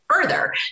further